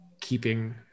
keeping